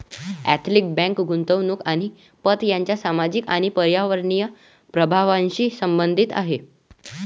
ethical bank गुंतवणूक आणि पत यांच्या सामाजिक आणि पर्यावरणीय प्रभावांशी संबंधित आहे